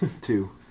two